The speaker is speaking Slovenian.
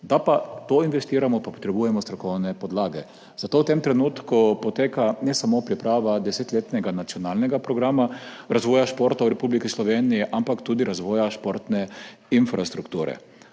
Da pa v to investiramo, pa potrebujemo strokovne podlage. Zato v tem trenutku ne poteka samo priprava desetletnega nacionalnega programa razvoja športa v Republiki Sloveniji, ampak tudi razvoja športne infrastrukture.